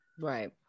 Right